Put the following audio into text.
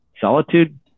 Solitude